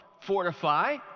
fortify